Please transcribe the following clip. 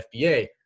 FBA